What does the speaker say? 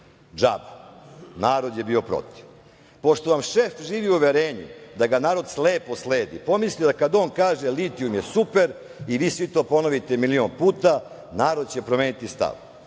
Džaba. Narod je bio protiv. Pošto vam šef živi u uverenju da ga narod slepo sledi, pomislio je kada on kaže – litijum je super, i vi svi to ponovite milion puta, narod će promeniti stav.